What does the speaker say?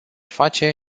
face